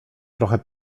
trochę